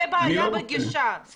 זאת בעיה בגישה.